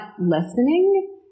listening